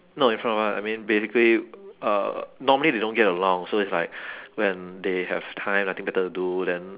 not in front of us I mean basically uh normally they don't get along so it's like when they have time nothing better to do then